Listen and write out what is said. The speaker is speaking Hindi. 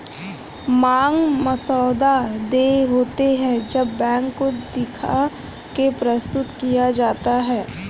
मांग मसौदा देय होते हैं जब बैंक को दिखा के प्रस्तुत किया जाता है